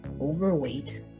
overweight